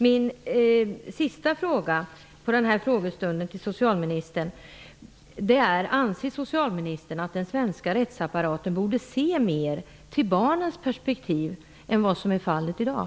Min sista fråga till socialministern under den här frågestunden är: Anser socialministern att den svenska rättsapparaten borde se mer till barnens perspektiv än vad som är fallet i dag?